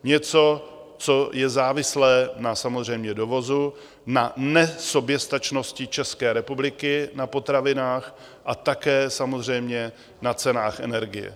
Něco, co je závislé na samozřejmě dovozu, na nesoběstačnosti České republiky na potravinách a také samozřejmě na cenách energie.